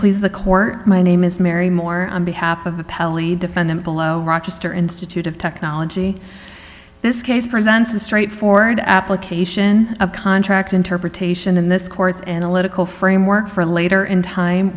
please the court my name is mary more on behalf of the pelly defendant below rochester institute of technology this case presents a straightforward application of contract interpretation in this court's analytical framework for later in time